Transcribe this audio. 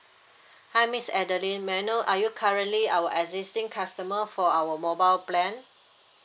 hi miss adeline may I know are you currently our existing customer for our mobile plan